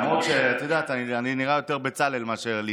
למרות שאני נראה יותר בצלאל מאשר ליטא.